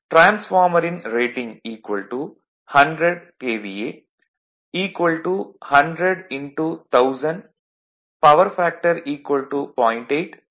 எனவே டிரான்ஸ்பார்மரின் rating 100 KVA 100 1000 power factor 0